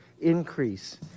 increase